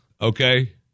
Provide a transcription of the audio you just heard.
Okay